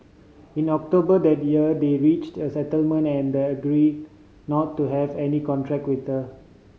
in October that year they reached a settlement and agreed not to have any contract with her